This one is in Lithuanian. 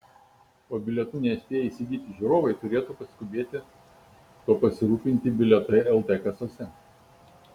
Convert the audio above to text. o bilietų nespėję įsigyti žiūrovai turėtų paskubėti tuo pasirūpinti bilietai lt kasose